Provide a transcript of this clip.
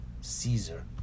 Caesar